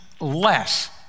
less